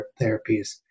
therapies